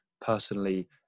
personally